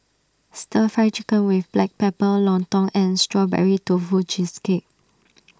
Stir Fry Chicken with Black Pepper Lontong and Strawberry Tofu Cheesecake